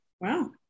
Wow